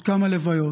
עוד כמה הלוויות?